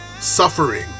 suffering